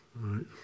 right